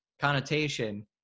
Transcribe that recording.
connotation